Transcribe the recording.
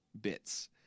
bits